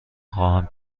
خواهم